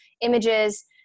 images